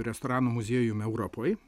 restoranu muziejum europoj